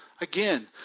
Again